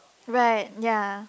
right ya